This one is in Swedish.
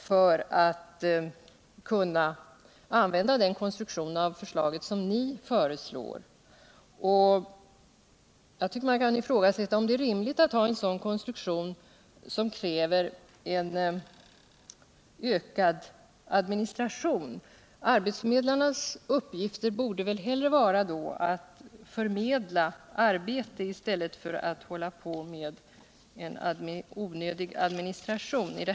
Jag tycker det är rimligt att ifrågasätta, om man skall ha en konstruktion som kräver en ökad administration. Arbetsförmedlarnas uppgift borde vara att förmedla arbeten i stället för att syssla med en onödig administration.